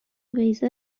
بیضه